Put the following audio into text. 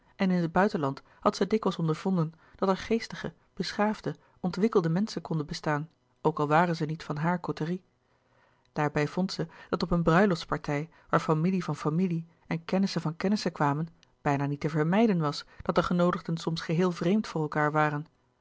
en in het buitenland had zij dikwijls ondervonden dat er geestige beschaafde ontwikkelde menschen konden bestaan ook al waren ze niet van hare côterie daarbij vond zij dat op een bruiloftspartij waar familie van familie en kennissen van kennissen kwamen bijna niet te vermijden was dat de genoodigden soms geheel vreemd voor elkaâr waren